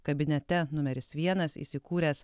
kabinete numeris vienas įsikūręs